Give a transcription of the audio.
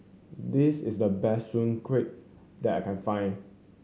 this is the best Soon Kuih that I can find